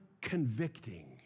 convicting